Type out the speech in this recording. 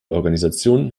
organisation